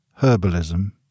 herbalism